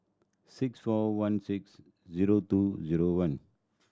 six four one six zero two zero one